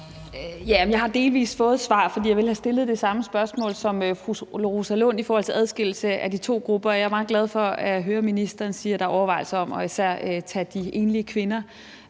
Jeg har delvis fået svar, for jeg ville have stillet det samme spørgsmål, som fru Rosa Lund stillede om adskillelse af de to grupper, og jeg er meget glad for at høre ministeren sige, at der er overvejelser om at tage især de enlige kvindelige